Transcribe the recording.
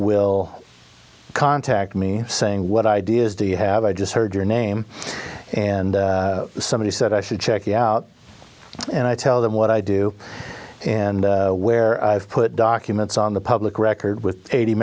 will contact me saying what ideas do you have i just heard your name and somebody said i should check out and i tell them what i do and where i've put documents on the public record with eighty